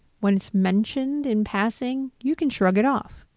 when it's mentioned in passing, you can shrug it off.